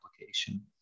application